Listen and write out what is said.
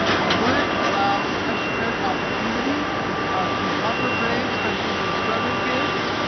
i would allow an extra credit opportunity to buffer grades, especially for the struggling kids.